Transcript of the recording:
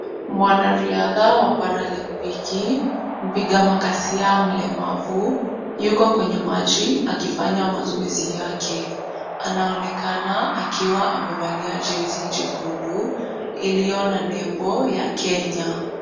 Mwanariadha wa Paralimpiki, mpiga makasia mlemavu, yuko kwenye maji akifanya mazoezi yake. Anaonekana akiwa amevalia jezi nyekundu, iliyo na nembo ya Kenya.